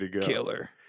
killer